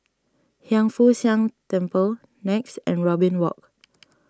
Hiang Foo Siang Temple Nex and Robin Walk